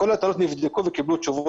כל הטענות נבדקו וקיבלו תשובות,